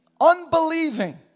unbelieving